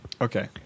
Okay